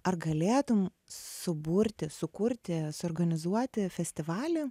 ar galėtum suburti sukurti suorganizuoti festivalį